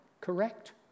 correct